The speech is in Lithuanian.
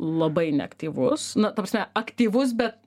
abai neaktyvus na ta prasme aktyvus bet